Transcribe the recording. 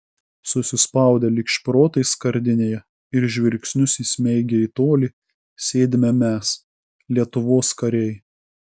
susispaudę lyg šprotai skardinėje ir žvilgsnius įsmeigę į tolį sėdime mes lietuvos kariai